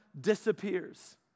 disappears